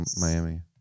Miami